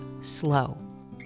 Slow